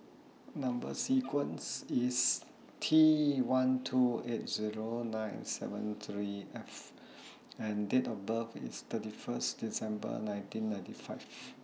Number sequence IS T one two eight Zero nine seven three F and Date of birth IS thirty First December nineteen ninety five